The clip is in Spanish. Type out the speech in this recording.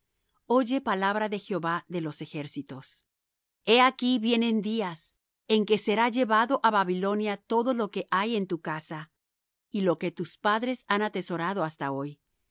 oye palabra de jehová de los ejércitos he aquí vienen días en que será llevado á babilonia todo lo que hay en tu casa y lo que tus padres han atesorado hasta hoy